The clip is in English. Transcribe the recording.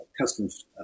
customs